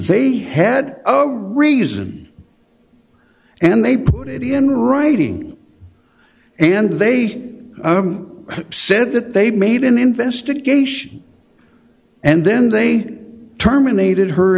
they had zero reason and they put it in writing and they said that they made an investigation and then they terminated her